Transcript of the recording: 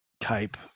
type